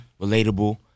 relatable